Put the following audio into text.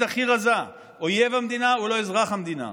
הכי רזה: אויב המדינה הוא לא אזרח המדינה.